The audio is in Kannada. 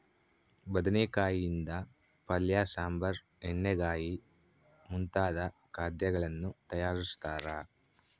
ಬದನೆಕಾಯಿ ಯಿಂದ ಪಲ್ಯ ಸಾಂಬಾರ್ ಎಣ್ಣೆಗಾಯಿ ಮುಂತಾದ ಖಾದ್ಯಗಳನ್ನು ತಯಾರಿಸ್ತಾರ